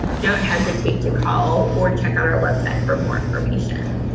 don't hesitate to call or check out our website for more information.